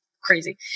crazy